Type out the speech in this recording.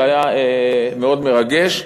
שהיה מאוד מרגש,